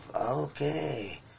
Okay